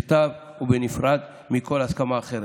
בכתב ובנפרד מכל הסכמה אחרת.